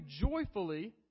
joyfully